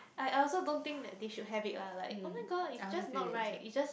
I I also don't think that they should have it lah like oh-my-god it's just not right it's just